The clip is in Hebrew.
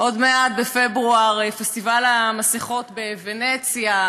עוד מעט, בפברואר, פסטיבל המסכות בוונציה.